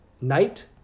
Night